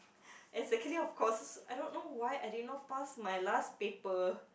as courses I don't know why I did not pass my last paper